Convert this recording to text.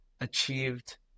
achieved